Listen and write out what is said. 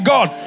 God